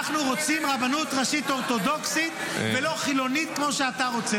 אנחנו רוצים רבנות ראשית אורתודוקסית ולא חילונית כמו שאתה רוצה,